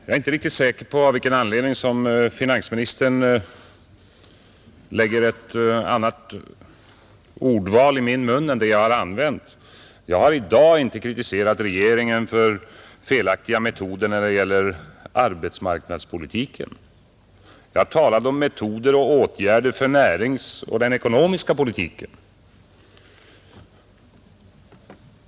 Herr talman! Jag är inte säker på av vilken anledning finansministern lägger ett annat ordval i min mun än det jag har använt. Jag har i dag inte kritiserat regeringen för felaktiga metoder när det gäller arbetsmarknadspolitiken. Jag talade om metoder och åtgärder för näringspolitiken och den ekonomiska politiken.